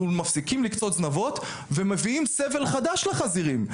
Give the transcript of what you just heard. מפסיקים לקצוץ זנבות ומביאים סבל חדש לחזירים,